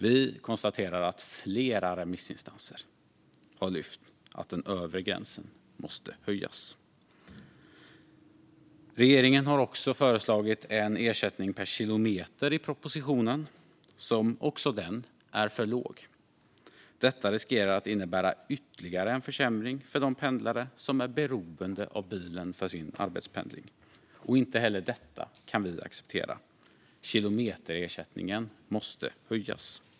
Vi konstaterar att flera remissinstanser har lyft att den övre gränsen måste höjas. Regeringen har i propositionen också föreslagit en ersättning per kilometer som även den är för låg. Detta riskerar att innebära ytterligare en försämring för de pendlare som är beroende av bilen för sin arbetspendling. Inte heller detta kan vi acceptera, utan kilometerersättningen måste höjas.